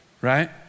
right